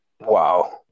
Wow